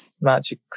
Magic